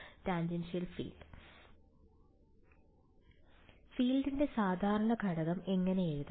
tangential field ഫീൽഡിന്റെ സാധാരണ ഘടകം എങ്ങനെ എഴുതാം